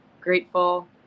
grateful